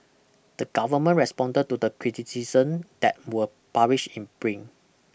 the government responded to the criticisms that were published in print